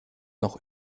noch